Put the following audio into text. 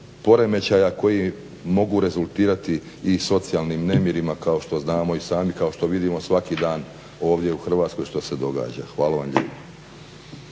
poremećaja koji mogu rezultirati i socijalnim nemirima kao što znamo i sami, kao što vidimo svaki dan ovdje u Hrvatskoj što se događa. Hvala vam lijepa.